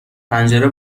پنجره